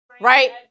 Right